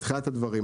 בתחילת הדברים,